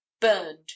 burned